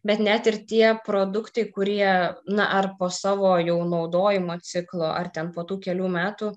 bet net ir tie produktai kurie na ar po savo jau naudojimo ciklo ar ten po tų kelių metų